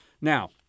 Now